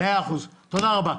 מאה אחוז, תודה רבה.